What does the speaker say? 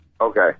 Okay